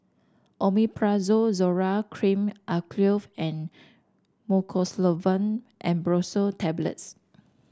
Omeprazole Zoral Cream Acyclovir and Mucosolvan AmbroxoL Tablets